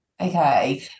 okay